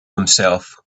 himself